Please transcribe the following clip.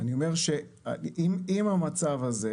אני אומר שעם המצב הזה,